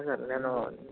sir నేను